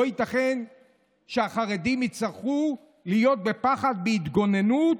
לא ייתכן שהחרדים יצטרכו להיות בפחד, בהתגוננות,